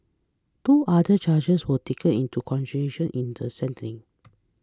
two other charges were taken into consideration in the sentencing